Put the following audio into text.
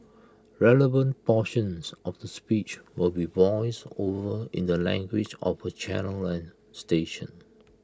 relevant portions of the speech will be voiced over in the language of the channel and station